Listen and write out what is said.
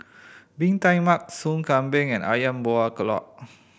Bee Tai Mak Sup Kambing and Ayam Buah Keluak